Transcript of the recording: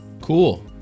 cool